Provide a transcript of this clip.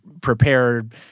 prepared